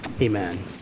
Amen